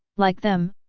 like them,